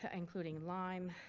ah including lyme.